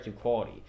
quality